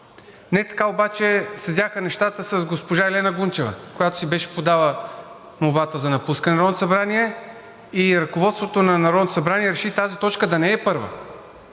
Не така обаче седяха нещата с госпожа Елена Гунчева, която си беше подала молбата за напускане на Народното събрание, и ръководството на Народното събрание реши тази точка да не е първа.